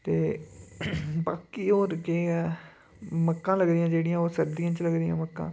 ते बाकी होर केह् ऐ मक्कां लगदियां जेह्ड़ियां ओह् सर्दियें च लगदियां मक्कां